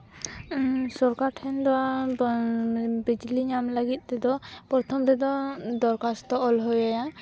ᱥᱚᱨᱠᱟᱨ ᱴᱷᱮᱱ ᱫᱚ ᱵᱤᱡᱽᱞᱤ ᱧᱟᱢ ᱞᱟᱹᱜᱤᱫ ᱛᱮᱫᱚ ᱯᱨᱚᱛᱷᱚᱢ ᱨᱮᱫᱚ ᱫᱚᱨᱠᱷᱟᱥᱛᱚ ᱚᱞ ᱦᱩᱭ ᱟᱭᱟ